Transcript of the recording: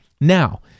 Now